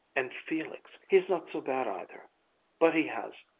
and felix he's not so bad either but he has,